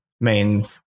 main